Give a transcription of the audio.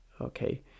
okay